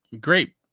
great